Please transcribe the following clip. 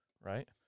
right